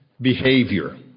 behavior